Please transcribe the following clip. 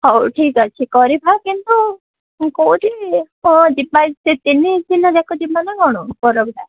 ହଉ ଠିକ୍ ଅଛି କରିଥା କିନ୍ତୁ କେଉଁଠି କ'ଣ ଯିବା ସେ ତିନିଦିନ ଯାକ ଯିବା ନା କ'ଣ ପର୍ବଟା